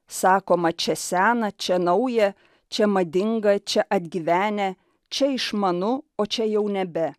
sakoma čia sena čia nauja čia madinga čia atgyvenę čia išmanu o čia jau nebe